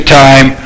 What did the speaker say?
time